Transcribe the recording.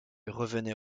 revenait